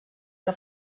que